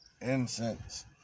incense